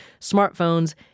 smartphones